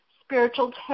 spiritual